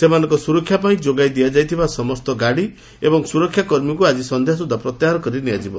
ସେମାନଙ୍କ ସୁରକ୍ଷା ପାଇଁ ଯୋଗାଇ ଦିଆଯାଇଥିବା ସମ୍ଠ ଗାଡ଼ି ଏବଂ ସୁରକ୍ଷାକର୍ମୀଙ୍କୁ ଆଜି ସନ୍ଧ୍ୟାସୁଦ୍ଧା ପ୍ରତ୍ୟାହାର କରି ନିଆଯିବ